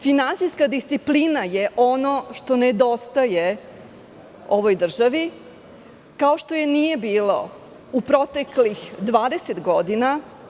Finansijska disciplina je ono što nedostaje ovoj državi, kao što je nije bilo u proteklih 20 godina.